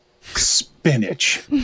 spinach